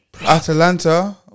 Atalanta